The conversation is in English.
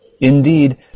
Indeed